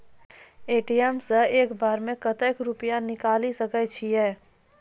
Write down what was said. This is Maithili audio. ए.टी.एम सऽ एक बार म कत्तेक रुपिया निकालि सकै छियै?